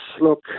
Look